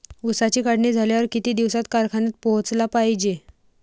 ऊसाची काढणी झाल्यावर किती दिवसात कारखान्यात पोहोचला पायजे?